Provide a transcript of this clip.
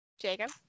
Jacob